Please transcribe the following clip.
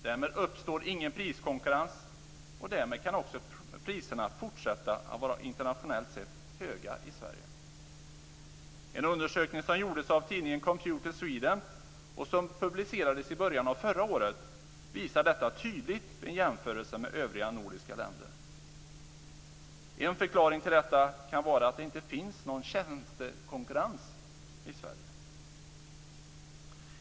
Därmed uppstår ingen priskonkurrens, och därmed kan priserna fortsätta att internationellt sett vara höga i Sverige. En undersökning som gjordes av tidningen Computer Sweden och som publicerades i början av förra året visar detta tydligt vid en jämförelse med övriga nordiska länder. En förklaring till detta kan vara att det inte finns någon tjänstekonkurrens i Sverige.